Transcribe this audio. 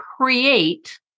create